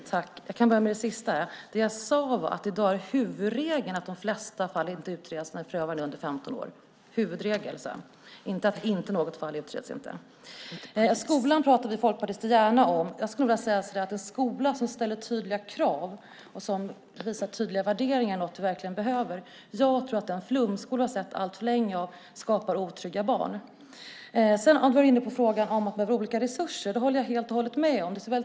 Herr talman! Låt mig börja med det sista. Det jag sade var att i dag är huvudregeln att de flesta fall inte utreds när förövaren är under 15 år. Det är huvudregeln. Jag sade inte att inte något fall utreds. Vi folkpartister talar gärna om skolan. Jag skulle vilja säga att en skola som ställer tydliga krav och visar på tydliga värderingar är något som vi verkligen behöver. Jag tror att den flumskola som vi alltför länge haft skapar otrygga barn. Vad gäller frågan om olika resurser håller jag helt och hållet med om det som sades.